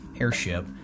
airship